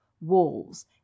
walls